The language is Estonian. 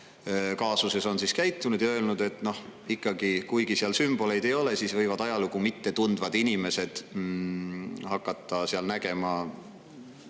kaasuses on käitunud ja öelnud, et, noh, ikkagi, kuigi seal sümboleid ei ole, siis võivad ajalugu mitte tundvad inimesed hakata seal nägema